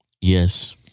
Yes